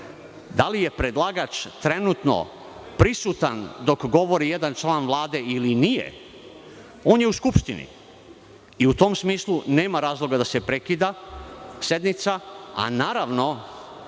Da li je predlagač trenutno prisutan dok govori jedan član Vlade ili nije? On je u Skupštini, i u tom smislu nema razloga da se prekida sednica, a naravno